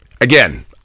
again